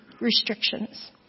restrictions